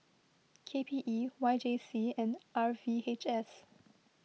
K P E Y J C and R V H S